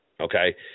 Okay